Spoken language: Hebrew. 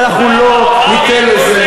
ואנחנו לא ניתן לזה,